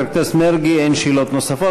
לחבר הכנסת מרגי אין שאלות נוספות.